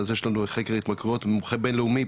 אז יש לנו חקר התמכרויות מומחה בינלאומי,